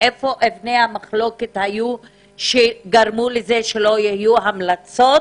איפה היו אבני המחלוקת שגרמו לזה שלא יהיו המלצות.